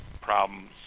problems